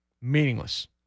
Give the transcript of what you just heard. Meaningless